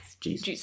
jesus